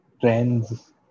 trends